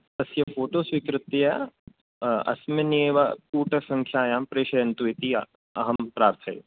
तस्य फ़ोटो स्वीकृत्य अस्मिन्नेव पूट सङ्ख्यायां प्रेषयन्तु इति अहं प्रार्थये